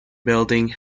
building